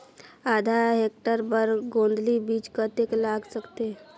आधा हेक्टेयर बर गोंदली बीच कतेक लाग सकथे?